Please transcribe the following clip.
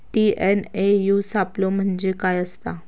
TNAU सापलो म्हणजे काय असतां?